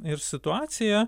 ir situacija